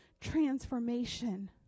transformation